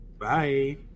Bye